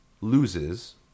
loses